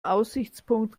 aussichtspunkt